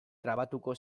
trabatuko